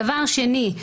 דבר שני,